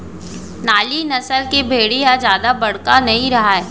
नाली नसल के भेड़ी ह जादा बड़का नइ रहय